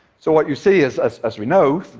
so what you see is, as as we know,